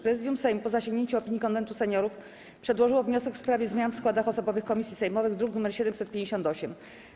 Prezydium Sejmu, po zasięgnięciu opinii Konwentu Seniorów, przedłożyło wniosek w sprawie zmian w składach osobowych komisji sejmowych, druk nr 758.